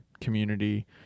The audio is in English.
community